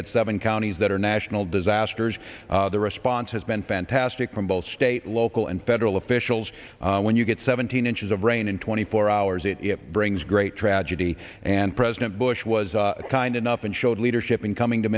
had seven counties that are national disasters the response has been fantastic from both state local and federal officials when you get seventeen inches of rain in twenty four hours it brings great tragedy and president bush was kind enough and showed leadership in coming to